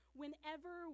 whenever